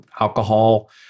alcohol